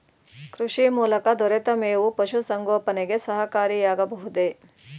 ಕೃಷಿ ಮೂಲಕ ದೊರೆತ ಮೇವು ಪಶುಸಂಗೋಪನೆಗೆ ಸಹಕಾರಿಯಾಗಬಹುದೇ?